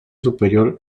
superior